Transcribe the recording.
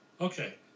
Okay